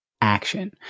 action